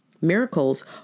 Miracles